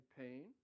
pain